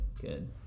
Good